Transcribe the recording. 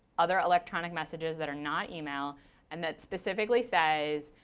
other electronic messages that are not email and that specifically says